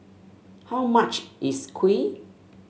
how much is kuih